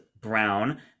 Brown